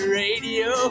radio